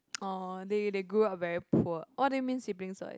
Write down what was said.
orh they they grew up very poor what do you mean siblings size